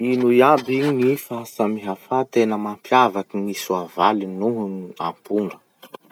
Ino iaby gny fahasamihafa tena mampiavaky gny soavaly noho gny apondra?